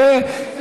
ועדת הכנסת, אוקיי.